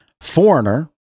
Foreigner